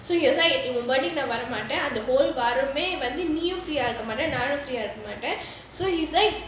so he was இவன்:ivan and the whole நான் வர மாட்டேன்:naan vara maataen free ah இருக்கமாட்ட நானும்:irukkamaata naanum so he's like